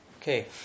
okay